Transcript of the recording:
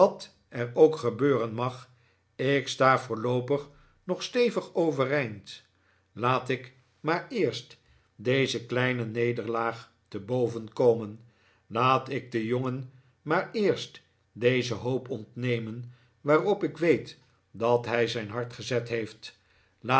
er ook gebeuren mag ik sta voorloopig nog stevig overeind laat ik maar eerst deze kleine nederlaag te boven komen laat ik den jongen maar eerst deze hoop ontnemen waarop ik weet dat hij zijn hart gezet heeft laat